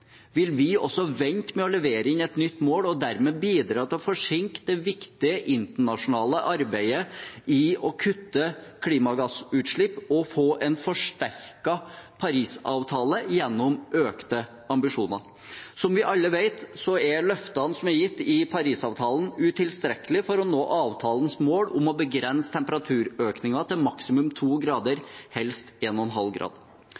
Vil vi også vente med å levere inn et nytt mål og dermed bidra til å forsinke det viktige internasjonale arbeidet med å kutte klimagassutslippene og få en forsterket parisavtale gjennom økte ambisjoner? Som vi alle vet, er løftene som er gitt i Parisavtalen, utilstrekkelige for å nå avtalens mål om å begrense temperaturøkningen til maksimalt to grader, helst halvannen grad.